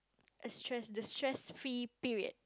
a stress the stress free period